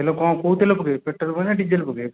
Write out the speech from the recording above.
hello କ'ଣ କେଉଁ ତେଲ ପକାଇବେ ପେଟ୍ରୋଲ ପକାଇବେ ନା ଡିଜେଲ ପକାଇବେ କ'ଣ